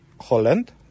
Holland